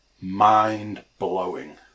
Mind-blowing